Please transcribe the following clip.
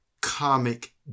comic